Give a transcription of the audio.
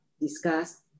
discuss